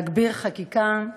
להגביר חקיקה,